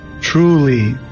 Truly